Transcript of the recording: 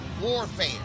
warfare